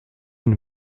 une